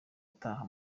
ataha